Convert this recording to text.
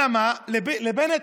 אלא מה, על בנט?